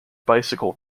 bicycle